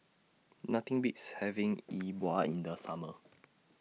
Nothing Beats having E Bua in The Summer